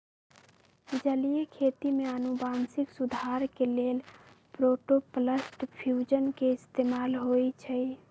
जलीय खेती में अनुवांशिक सुधार के लेल प्रोटॉपलस्ट फ्यूजन के इस्तेमाल होई छई